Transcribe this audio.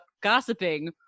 gossiping